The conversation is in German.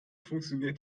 funktioniert